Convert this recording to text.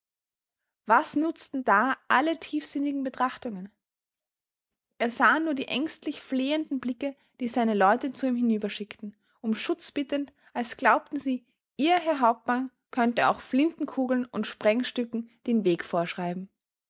was nutzten da alle tiefsinnigen betrachtungen er sah nur die ängstlich flehenden blicke die seine leute zu ihm hinüberschickten um schutz bittend als glaubten sie ihr herr hauptmann könne auch flintenkugeln und sprengstücken den weg vorschreiben